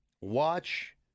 watch